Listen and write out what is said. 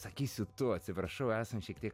sakysiu tu atsiprašau esam šiek tiek